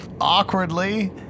Awkwardly